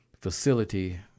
facility